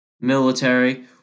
military